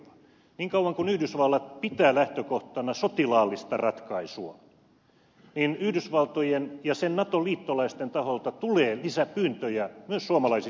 niin kauan kuin yhdysvallat pitää lähtökohtana sotilaallista ratkaisua niin yhdysvaltojen ja sen nato liittolaisten taholta tulee lisäpyyntöjä myös suomalaisista joukoista